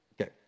Okay